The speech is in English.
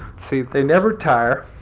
see, they never tire.